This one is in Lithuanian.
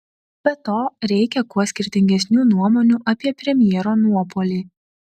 be to reikią kuo skirtingesnių nuomonių apie premjero nuopuolį